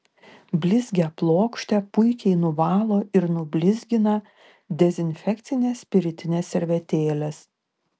blizgią plokštę puikiai nuvalo ir nublizgina dezinfekcinės spiritinės servetėlės